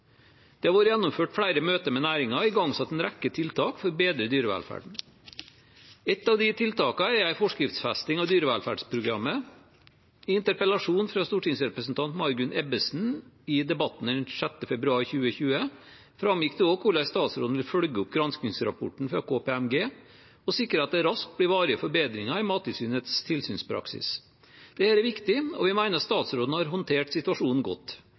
Det har vært gjennomført flere møter med næringen og igangsatt en rekke tiltak for å bedre dyrevelferden. Ett av disse tiltakene er en forskriftsfesting av dyrevelferdsprogrammet. I en interpellasjon fra stortingsrepresentant Margunn Ebbesen den 6. februar 2020 framgikk det i debatten også hvordan statsråden vil følge opp granskingsrapporten fra KPMG og sikre at det raskt blir varige forbedringer i Mattilsynets tilsynspraksis. Dette er viktig, og vi mener statsråden har håndtert situasjonen godt.